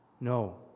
No